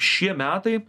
šie metai